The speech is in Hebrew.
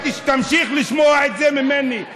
אתה תמשיך לשמוע את זה ממני,